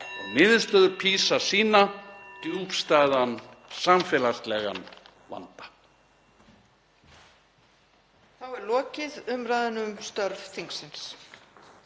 Niðurstöður PISA sýna djúpstæðan samfélagslegan vanda.